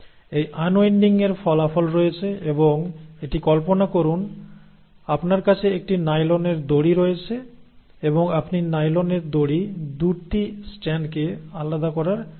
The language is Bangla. এই আনউইন্ডিং এর ফলাফল রয়েছে এবং এটি কল্পনা করুন আপনার কাছে একটি নাইলনের দড়ি রয়েছে এবং আপনি নাইলনের দড়ির 2 টি স্ট্র্যান্ডকে আলাদা করার চেষ্টা করছেন